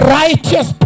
righteous